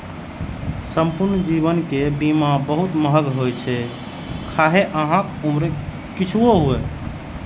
संपूर्ण जीवन के बीमा बहुत महग होइ छै, खाहे अहांक उम्र किछुओ हुअय